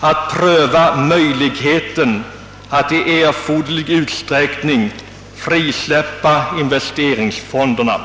att pröva möjligheten att i erforderlig utsträckning frisläppa investeringsfonderna?